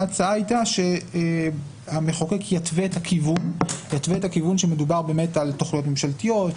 ההצעה הייתה שהמחוקק יתווה את הכיוון שמדובר על תכניות ממשלתיות,